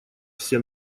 все